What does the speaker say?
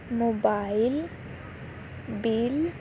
mobile bill